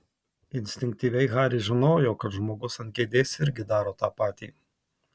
instinktyviai haris žinojo kad žmogus ant kėdės irgi daro tą patį